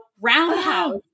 Roundhouse